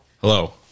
Hello